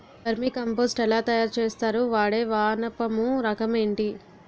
Vermi compost ఎలా తయారు చేస్తారు? వాడే వానపము రకం ఏంటి?